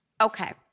Okay